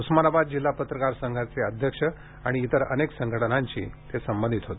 उस्मानाबाद जिल्हा पत्रकार संघाचे अध्यक्ष आणि इतर अनेक संघटनांशी ते संबंधित होते